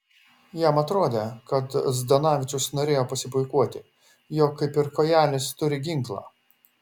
jam atrodė kad zdanavičius norėjo pasipuikuoti jog kaip ir kojelis turi ginklą